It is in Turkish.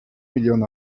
milyon